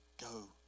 go